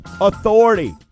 Authority